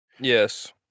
Yes